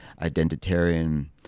identitarian